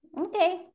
okay